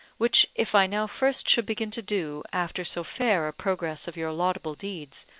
which if i now first should begin to do, after so fair a progress of your laudable deeds,